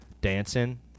dancing